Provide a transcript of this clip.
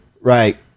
right